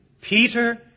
Peter